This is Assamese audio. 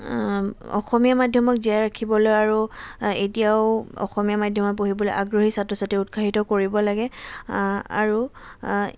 অসমীয়া মাধ্যমক জীয়াই ৰাখিবলৈ আৰু এতিয়াও অসমীয়া মাধ্যমে পঢ়িবলৈ আগ্ৰহী ছাত্ৰ ছাত্ৰী উৎসাহিত কৰিব লাগে আৰু